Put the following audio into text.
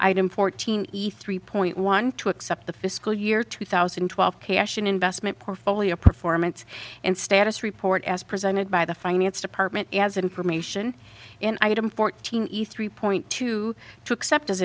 item fourteen ethe report one to accept the fiscal year two thousand and twelve cash in investment portfolio performance and status report as presented by the finance department has information in item fourteen eat three point two to accept as